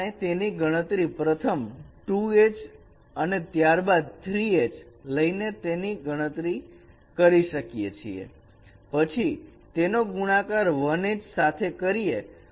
તે આપણે તેની ગણતરી પ્રથમ 2 H અને ત્યારબાદ 3 H લઈને તેની ગણતરી કરી શકીએ અને પછી તેનો ગુણાકાર 1 H સાથે કરીએ